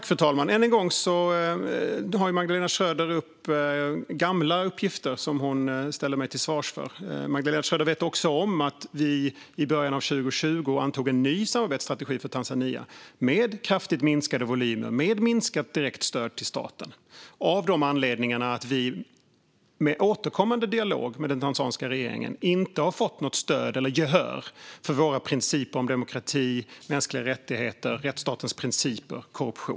Fru talman! Än en gång tar Magdalena Schröder upp gamla uppgifter som hon ställer mig till svars för. Magdalena Schröder vet om att vi i början av 2020 antog en ny samarbetsstrategi för Tanzania, med kraftigt minskade volymer och minskat direkt stöd till staten, av den anledningen att vi vid återkommande dialog med den tanzaniska regeringen inte har fått något stöd eller gehör för våra principer gällande demokrati, mänskliga rättigheter, rättsstatens principer och korruption.